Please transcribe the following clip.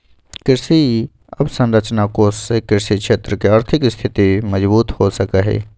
कृषि अवसरंचना कोष से कृषि क्षेत्र के आर्थिक स्थिति मजबूत हो सका हई